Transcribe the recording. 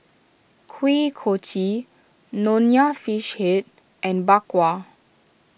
Kuih Kochi Nonya Fish Head and Bak Kwa